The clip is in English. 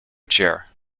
chair